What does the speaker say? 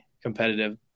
competitive